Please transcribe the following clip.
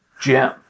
Jim